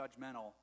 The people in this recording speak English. judgmental